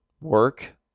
work